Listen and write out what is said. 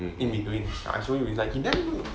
in between I show you he's like he damn